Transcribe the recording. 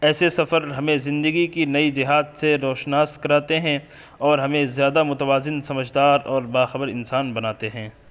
ایسے سفر ہمیں زندگی کی نئی جہات سے روشناس کراتے ہیں اور ہمیں زیادہ متوازن سمجھدار اور با خبر انسان بناتے ہیں